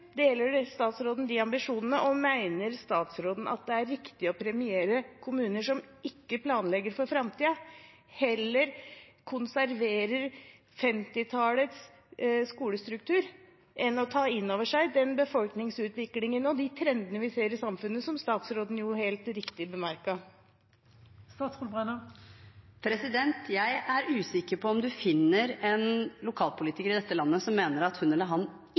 Deler statsråden de ambisjonene? Og mener statsråden at det er riktig å premiere kommuner som ikke planlegger for framtiden, men konserverer 1950-tallets skolestruktur heller enn å ta inn over seg den befolkningsutviklingen og de trendene vi ser i samfunnet, som statsråden helt riktig bemerket? Jeg er usikker på om man finner en lokalpolitiker i dette landet som mener at hun eller han